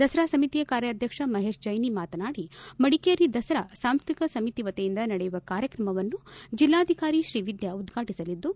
ದಸರಾ ಸಮಿತಿಯ ಕಾರ್ಯಾಧ್ಯಕ್ಷ ಮಹೇಶ್ ಜೈನಿ ಮಾತನಾಡಿ ಮಡಿಕೇರಿ ದಸರಾ ಸಾಂಸ್ವತಿಕ ಸಮಿತಿ ವತಿಯಿಂದ ನಡೆಯುವ ಕಾರ್ಯಕ್ರಮವನ್ನು ಜಿಲ್ಲಾಧಿಕಾರಿ ಶ್ರೀವಿದ್ದಾ ಉದ್ಘಾಟಸಲಿದ್ದು